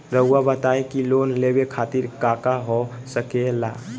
रउआ बताई की लोन लेवे खातिर काका हो सके ला?